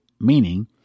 meaning